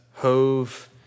Hove